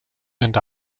and